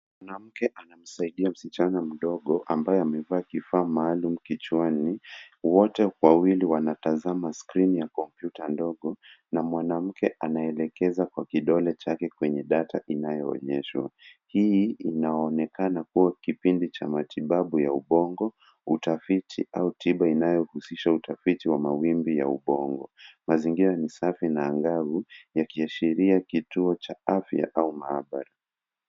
Mwanamke anamsaidia msichana mdogo ambaye amevaa kifaa maalum kichwani wote wawili wanataza ma skrini ya kompyuta ndogo. Na mwanamke anaelekeza kwa kidole chake kwenye data inayoonyeshwa. Hii inaonekana kuwa kipindi cha matibabu ya ubongo, utafiti au tiba inayohusisha utafiti wa mawimbi ya ubongo. Mazingira ni safi na angavu yakiashiria kituo cha afya au maabara.